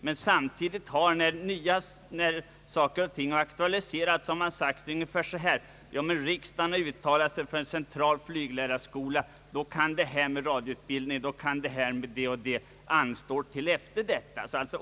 När saker och ting på detta område aktualiserats har man hänvisat till att riksdagen uttalat sig för en central flyglärarskola — därför kan det här med radioutbildning och annat anstå.